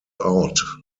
out